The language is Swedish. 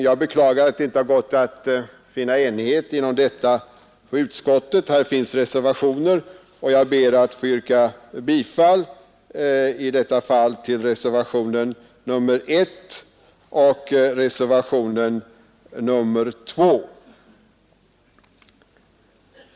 Jag beklagar att det inte har gått att vinna enighet om detta i utskottet. Reservationer har emellertid avgivits, och jag ber att i detta fall få yrka bifall till reservationerna 1 och 2.